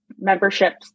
memberships